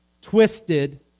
twisted